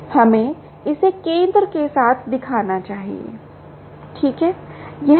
हमें इसे केंद्र के साथ दिखाना चाहिए ठीक है